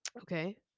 Okay